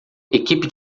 equipe